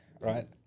right